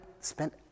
spent